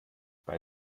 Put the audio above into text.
bei